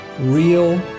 real